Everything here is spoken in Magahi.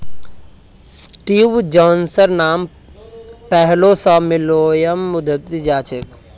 स्टीव जॉब्सेर नाम पैहलौं स मिलेनियम उद्यमिता स जोड़ाल जाछेक